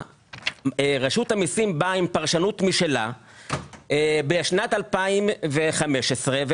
רשות המיסים באה עם פרשנות משלה בשנת 2015 והחליטה